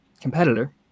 competitor